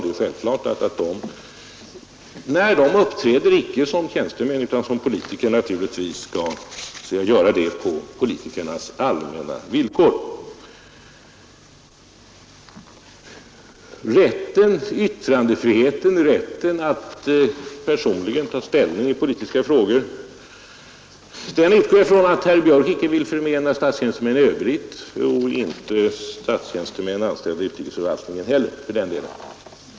Det är självklart, att när statstjänstemännen inte uppträder som tjänstemän utan som politiker får de göra det på politikernas allmänna villkor. Yttrandefrihet och rätten att personligen ta ställning i politiska frågor utgår jag från att herr Björck inte vill förmena statstjänstemännen i allmänhet och inte heller statstjänstemän anställda i utrikesförvaltningen.